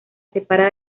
separa